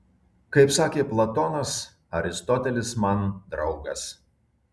kaip sakė platonas aristotelis man draugas